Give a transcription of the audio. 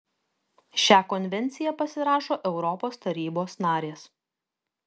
šią konvenciją pasirašo europos tarybos narės